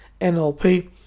NLP